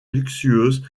luxueuses